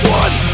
one